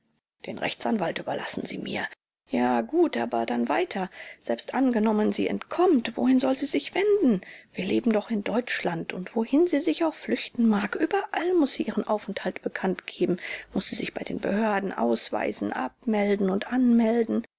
den rechtsanwalt überlassen sie mir ja gut aber dann weiter selbst angenommen sie entkommt wohin soll sie sich wenden wir leben doch in deutschland und wohin sie sich auch flüchten mag überall muß sie ihren aufenthalt bekanntgeben muß sie sich bei den behörden ausweisen abmelden und anmelden